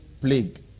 plague